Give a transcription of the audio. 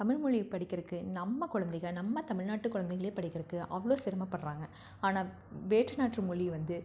தமிழ் மொழிய படிக்கறதுக்கு நம்ம குழந்தைக நம்ம தமிழ்நாட்டு குழந்தைங்களே படிக்கறதுக்கு அவ்வளோ சிரமப்படுறாங்க ஆனால் வேற்று நாட்டு மொழி வந்து